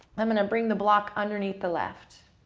i'm going to bring the block underneath the left.